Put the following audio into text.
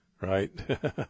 right